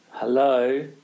Hello